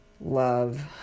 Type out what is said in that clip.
love